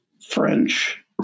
French